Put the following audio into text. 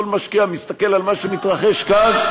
כל משקיע מסתכל על מה שמתרחש כאן,